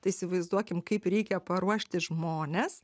tai įsivaizduokim kaip reikia paruošti žmones